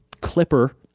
clipper